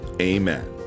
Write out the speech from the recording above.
Amen